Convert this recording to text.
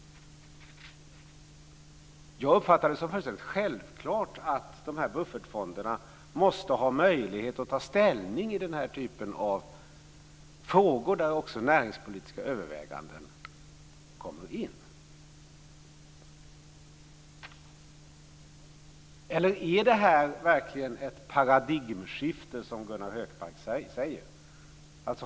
Jag uppfattar det som fullständigt självklart att buffertfonderna måste ha möjlighet att ta ställning i denna typ av frågor, där också näringspolitiska överväganden kommer in. Är detta verkligen ett paradigmskifte, som Gunnar Hökmark säger?